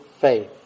faith